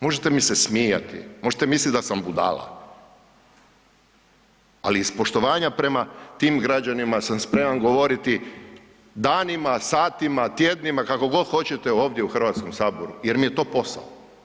Možete mi se smijati, možete mislit da sam budala, ali iz poštovanja prema tim građanima sam spreman govoriti danima, satima, tjednima, kako god hoćete, ovdje u HS jer mi je to posao.